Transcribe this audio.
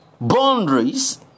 boundaries